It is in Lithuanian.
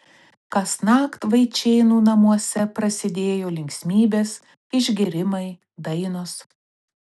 kasnakt vaičėnų namuose prasidėjo linksmybės išgėrimai dainos